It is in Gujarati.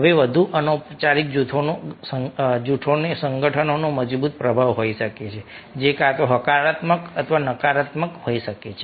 હવે વધુ અનૌપચારિક જૂથોનો સંગઠનોમાં મજબૂત પ્રભાવ હોઈ શકે છે જે કાં તો હકારાત્મક અથવા નકારાત્મક હોઈ શકે છે